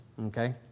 okay